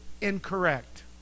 incorrect